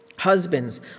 Husbands